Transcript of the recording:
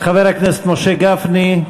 חבר הכנסת משה גפני,